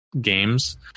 games